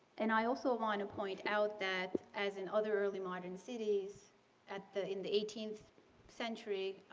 and i also want to point out that as in other early modern cities at the in the eighteenth century,